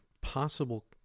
possible